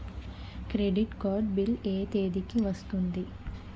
Credit card bill ఎ తేదీ కి వస్తుంది?